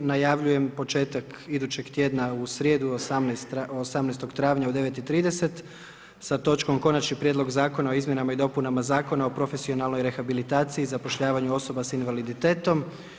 Najavljujem početak idućeg tjedna u srijedu 18. travnja u 9,30 sa točkom Konačni prijedlog Zakona o izmjenama i dopunama Zakona o profesionalnoj rehabilitaciji i zapošljavanju osoba sa invaliditetom.